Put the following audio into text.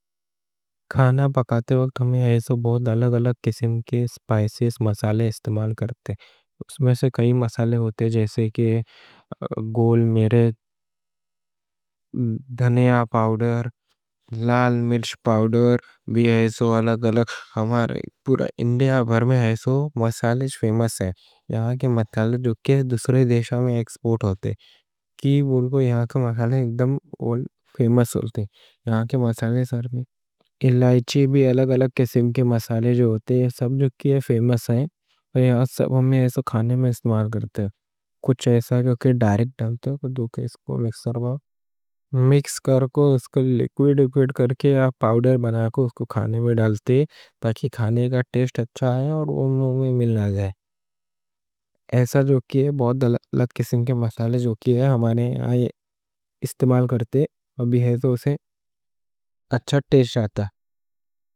کھانا پکاتے وقت ہم ایسے بہت الگ الگ قسم کے مصالحے استعمال کرتے ہیں۔ اس میں سے کئی مصالحے ہوتے، جیسے گول مرچ، دھنیا پاؤڈر، لال مرچ پاؤڈر، الائچی۔ ہمارے پورا انڈیا بھر میں یہ مصالحے فیمس ہیں۔ یہاں کے مصالحے جو کہ دوسرے دیسوں میں ایکسپورٹ ہوتے۔ یہ سب ہم کھانے میں استعمال کرتے، کچھ ڈائریکٹ ڈالتے، دوکے اس کو مکسر میں مکس کر کے اس کو لیکوئیڈ کر کے پاؤڈر بنا کے کھانے میں ڈالتے، تاکہ کھانے کا ٹیسٹ اچھا رہے اور ان میں مل جائے۔ الگ الگ قسم کے مصالحے ہم استعمال کرتے، ابھی اس سے اچھا ٹیسٹ آتا۔